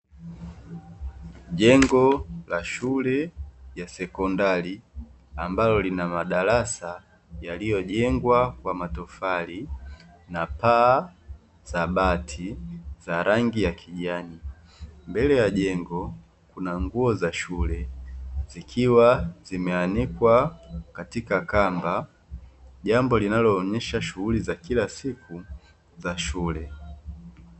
Jengo la shule ya sekondari, ambalo lina madarasa yaliyojengwa kwa matofali na paa za bati za rangi ya kijani, mbele ya jengo kuna nguo za shule zikiwa zimeanikwa katika kamba, jambo linaloonyesha shughuli za kila siku za shule.